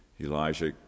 Elijah